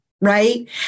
right